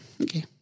okay